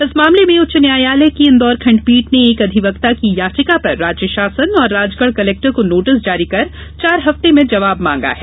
इस मामले में उच्च न्यायालय की इंदौर खंडपीठ ने एक अधिवक्ता की याचिका पर राज्य शासन और राजगढ़ कलेक्टर को नोटिस जारी कर चार हफ़ते में जवाब मांगा है